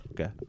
Okay